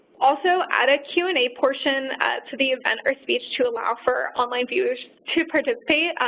also add a q and a portion to the event or speech to allow for online viewers to participate.